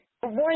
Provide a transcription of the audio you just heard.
one